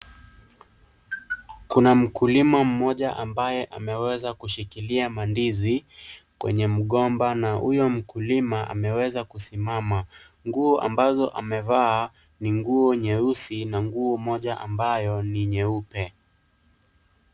Kuna mkulima mmoja ambaye ameweza kushikilia mandizi kwenye mgomba na huyo mkulima ameweza kusimama, nguo ambazo amevaa ni nguo nyeusi na nguo moja ambayo ni nyeupe.